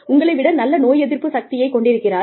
உங்களை விட நல்ல நோயெதிர்ப்பு சக்தியை கொண்டிருக்கிறார்